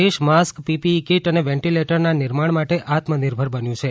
દેશ mask PPE kit અને વેન્ટીલેટરના નિર્માણ માટે આત્મનિર્ભર બન્યું છે